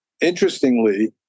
interestingly